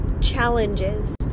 challenges